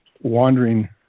wandering